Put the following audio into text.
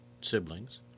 siblings